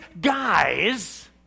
guys